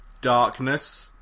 Darkness